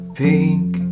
pink